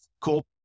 cool